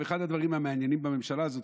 אחד הדברים המעניינים בממשלה הזאת,